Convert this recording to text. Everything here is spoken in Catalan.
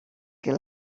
que